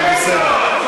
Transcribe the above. אבל בסדר,